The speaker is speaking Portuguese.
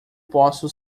posso